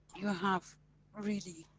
you have really